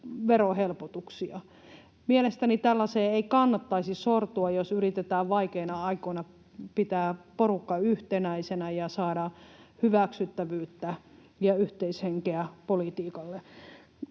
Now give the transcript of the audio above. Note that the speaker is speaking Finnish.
verohelpotuksia. Mielestäni tällaiseen ei kannattaisi sortua, jos yritetään vaikeina aikoina pitää porukka yhtenäisenä ja saada hyväksyttävyyttä ja yhteishenkeä politiikalle.